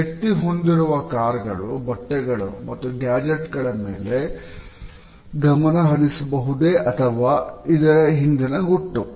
ವ್ಯಕ್ತಿ ಹೊಂದಿರುವ ಕಾರ್ ಗಳು ಬಟ್ಟೆಗಳು ಮತ್ತು ಗ್ಯಾಜೆಟ್ಗಳ ಮೇಲೆ ಗಮನಹರಿಸುವುದೇ ಇದರ ಹಿಂದಿನ ಗುಟ್ಟು